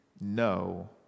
no